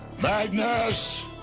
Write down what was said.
Magnus